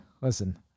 listen